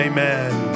Amen